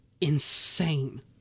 insane